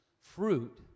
fruit